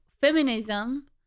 feminism